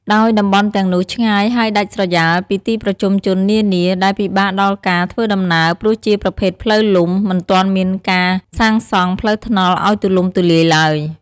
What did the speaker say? ដោយតំបន់ទាំងនោះ ឆ្ងាយហើយដាច់ស្រយាលពីទីប្រជុំជននានា ដែលពិបាកដល់ការធ្វើដំណើរ ព្រោះជាប្រភេទផ្លូវលំ មិនទាន់មានការសាងសង់ផ្លូវថ្នល់ឱ្យទូលំទូលាយទ្បើយ។